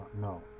No